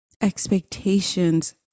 Expectations